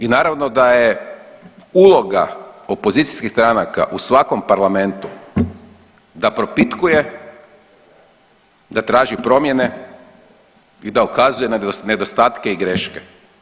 I naravno da je uloga opozicijskih stranaka u svakom parlamentu da propitkuje, da traži promjene i da ukazuje na nedostatke i greške.